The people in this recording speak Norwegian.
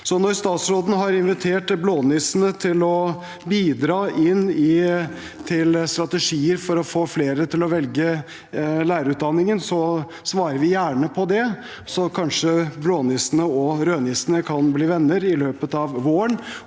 når statsråden har invitert blånissene til å bidra inn til strategier for å få flere til å velge lærerutdanningen, svarer vi gjerne på det, så kanskje blånissene og rødnissene kan bli venner i løpet av våren,